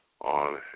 on